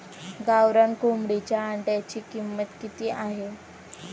गावरान कोंबडीच्या अंड्याची किंमत किती आहे?